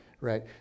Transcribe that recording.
right